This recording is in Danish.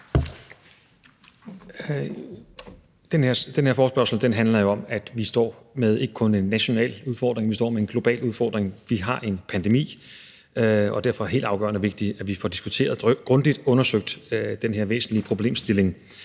Den her forespørgsel handler jo om, at vi står med ikke kun en national udfordring, men en global udfordring. Vi har en pandemi, og derfor er det helt afgørende vigtigt, at vi får diskuteret og grundigt undersøgt den her væsentlige problemstilling.